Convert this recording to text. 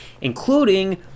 including